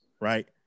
right